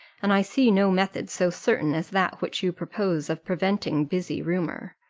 and i see no method so certain as that which you propose of preventing busy rumour.